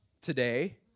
today